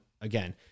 again